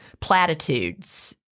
platitudes